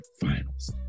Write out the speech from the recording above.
Finals